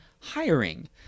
hiring